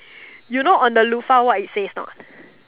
you know on the loaf what it says is not